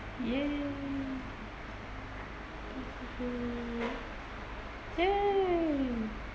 !yay! !yay! !yay!